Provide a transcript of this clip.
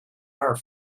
are